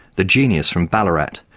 the genius from ballarat,